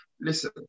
listen